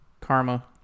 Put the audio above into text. Karma